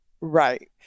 Right